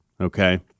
okay